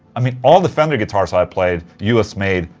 i mean, all the fender guitars i played, us made,